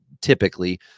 typically